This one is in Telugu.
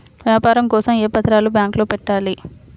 వ్యాపారం కోసం ఏ పత్రాలు బ్యాంక్లో పెట్టాలి?